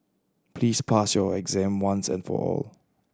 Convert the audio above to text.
please pass your exam once and for all